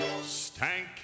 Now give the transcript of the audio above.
stank